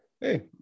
Hey